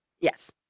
Yes